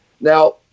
Now